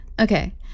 Okay